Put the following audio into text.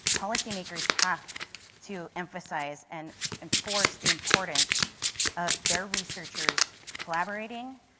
policymakers have to emphasize and enforce the importance of their researchers collaborating,